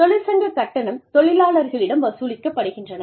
தொழிற்சங்க கட்டணம் தொழிலாளர்களிடம் வசூலிக்கப்படுகின்றன